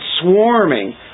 swarming